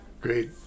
great